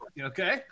okay